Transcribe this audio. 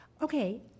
Okay